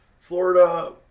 Florida